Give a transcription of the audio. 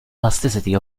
elasticity